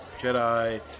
Jedi